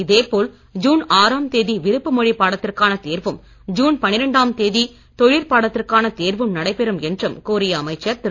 இதே போல் ஜூன் ஆறாம் தேதி விருப்ப மொழிப்பாடத்திற்கான தேர்வும் ஜூன் பன்னிரெண்டாம் தேதி தொழிற்பாடத்திற்கான தேர்வும் நடைபெறும் என்று கூறிய அமைச்சர் திரு